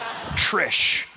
Trish